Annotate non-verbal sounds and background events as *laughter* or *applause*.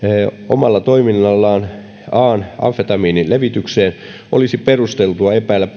omalla toiminnallaan an amfetamiinin levitykseen olisi perusteltua epäillä *unintelligible*